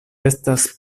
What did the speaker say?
estas